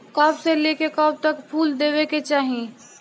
कब से लेके कब तक फुल देवे के चाही?